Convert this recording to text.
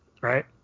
right